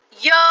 yo